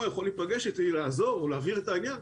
יכול להיפגש איתי כדי לעזור או להבהיר את העניין.